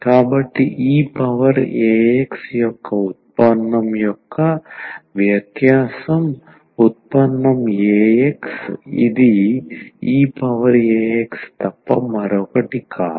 కాబట్టి e power a x యొక్క ఉత్పన్నం యొక్క వ్యత్యాసం ఉత్పన్నం a x ఇది e పవర్ a x తప్ప మరొకటి కాదు